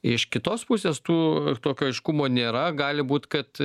iš kitos pusės tų tokio aiškumo nėra gali būt kad